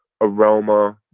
aroma